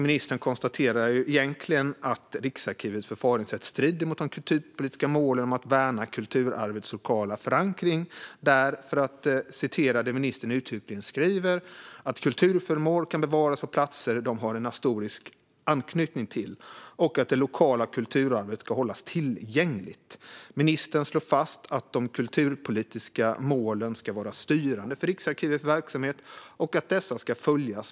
Ministern konstaterar egentligen att Riksarkivets förfaringssätt strider mot de kulturpolitiska målen om att värna kulturarvets lokala förankring. Jag citerar det ministern uttryckligen säger: "Kulturföremål kan bevaras på platser de har en historisk anknytning till." Hon säger också att det lokala kulturarvet ska hållas tillgängligt. Ministern slår fast att de kulturpolitiska målen ska vara styrande för Riksarkivets verksamhet och att dessa ska följas.